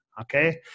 Okay